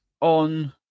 on